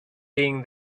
being